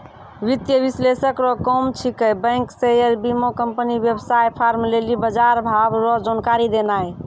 वित्तीय विश्लेषक रो काम छिकै बैंक शेयर बीमाकम्पनी वेवसाय फार्म लेली बजारभाव रो जानकारी देनाय